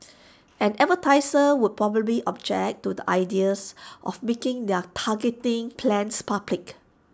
and advertisers would probably object to the ideas of making their targeting plans public